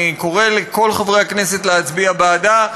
אני קורא לכל חברי הכנסת להצביע בעדה,